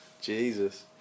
Jesus